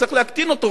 צריך להקטין אותו,